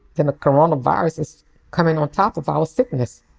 then the coronavirus is coming on top of our sickness.